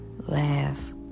laugh